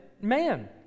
man